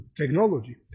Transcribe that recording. technology